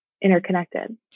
interconnected